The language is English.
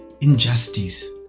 injustice